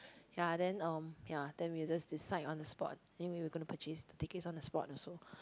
ya then um ya then we just decide on the spot anyway we gonna purchase the tickets on the spot also